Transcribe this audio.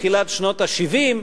תחילת שנות ה-70.